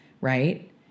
right